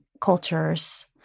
cultures